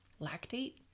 lactate